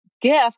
gift